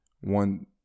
One